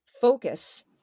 focus